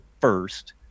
first